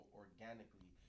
organically